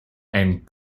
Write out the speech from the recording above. and